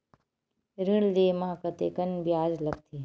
ऋण ले म कतेकन ब्याज लगथे?